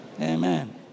Amen